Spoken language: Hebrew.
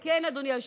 כן, אדוני היושב-ראש.